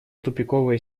тупиковая